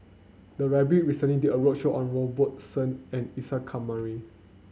the library recently did a roadshow on Robert Soon and Isa Kamari